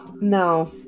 no